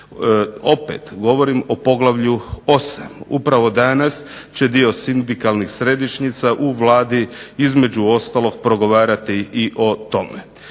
Opet govorim o poglavlju 8. upravo će danas dio sindikalnih središnjica u Vladi između ostaloga progovarati i o tome.